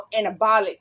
anabolic